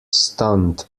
stunned